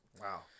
Wow